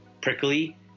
prickly